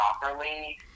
properly